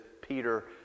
Peter